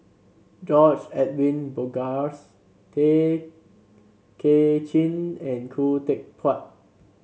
George Edwin Bogaars Tay Kay Chin and Khoo Teck Puat